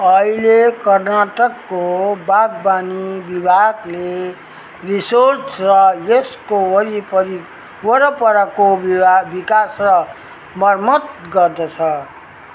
अहिले कर्नाटकको बागवानी विभागले रिसोर्ट र यसको वरिपरि वरपरको विभा विकास र मर्मत गर्दछ